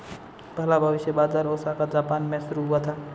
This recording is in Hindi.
पहला भविष्य बाज़ार ओसाका जापान में शुरू हुआ था